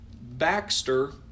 Baxter